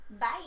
Bye